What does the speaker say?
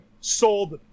sold